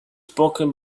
spoken